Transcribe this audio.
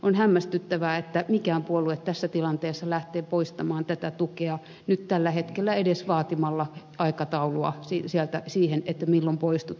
on hämmästyttävää että jokin puolue tässä tilanteessa lähtee poistamaan tätä tukea tällä hetkellä edes vaatimalla aikataulua siihen milloin poistutaan sieltä